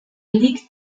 liegt